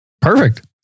Perfect